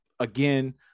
Again